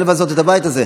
זה לבזות את הבית הזה.